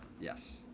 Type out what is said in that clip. Yes